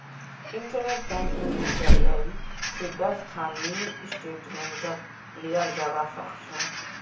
internet बैंकिंगेर जरियई स दस खन मिनी स्टेटमेंटक लियाल जबा स ख छ